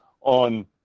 on